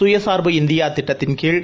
சுயசுர்பு India திட்டத்தின்கீழ்